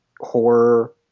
horror